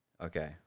Okay